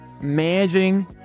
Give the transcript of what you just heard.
managing